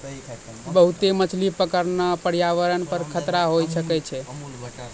बहुते मछली पकड़ना प्रयावरण पर खतरा होय सकै छै